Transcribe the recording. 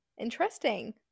interesting